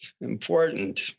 important